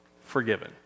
forgiven